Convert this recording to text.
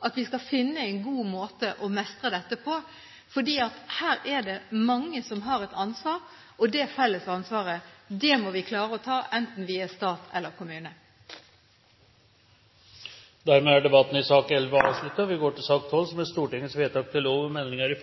at vi skal finne en god måte å mestre dette på, for her er det mange som har et ansvar, og det felles ansvaret må vi klare å ta – enten vi er stat eller kommune. Debatten i sak nr. 11 er avsluttet. Ingen har bedt om ordet. Da er